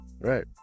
Right